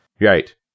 Right